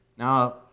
Now